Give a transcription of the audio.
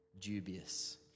dubious